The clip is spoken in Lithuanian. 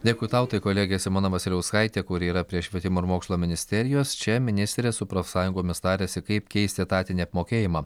dėkui tau tai kolegė simona vasiliauskaitė kuri yra prie švietimo ir mokslo ministerijos čia ministrė su profsąjungomis tariasi kaip keisti etatinį apmokėjimą